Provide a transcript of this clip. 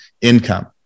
income